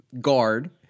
guard